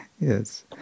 Yes